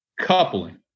coupling